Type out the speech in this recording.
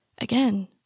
Again